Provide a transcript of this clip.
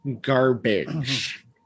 garbage